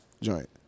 joint